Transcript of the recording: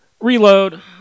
Reload